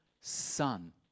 Son